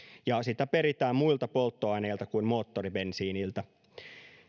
ja sitä peritään muilta polttoaineilta kuin moottoribensiiniltä